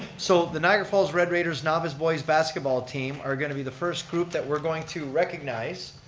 so the niagara falls red raiders novice boys' basketball team are going to be the first group that we're going to recognize.